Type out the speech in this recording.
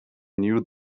knew